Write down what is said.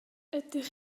ydych